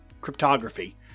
cryptography